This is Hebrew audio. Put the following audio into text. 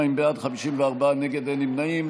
52 בעד, 54 נגד, אין נמנעים.